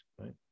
right